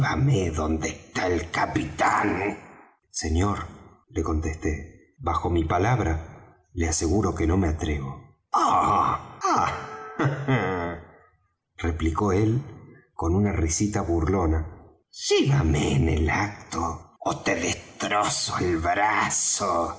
donde está el capitán señor le contesté bajo mi palabra le aseguro que no me atrevo oh replicó él con una risita burlona llévame en el acto ó te destrozo el brazo